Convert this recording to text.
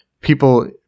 people